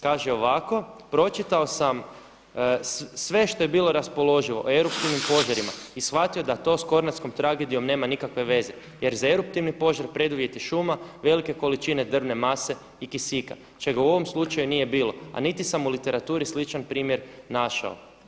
Kaže ovako, pročitao sam sve što je bilo raspoloživo o eruptivnim požarima i shvatio da to s Kornatskom tragedijom nema nikakve veze jer za eruptivni požar preduvjet je šuma, velike količine drvne mase i kisika čega u ovom slučaju nije bilo a niti sam u literaturi sličan primjer našao.